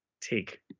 take